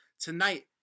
tonight